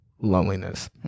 loneliness